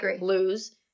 lose